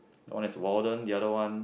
the one is Walden the other one